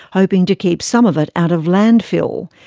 hoping to keep some of it out of landfill,